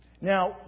Now